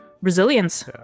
resilience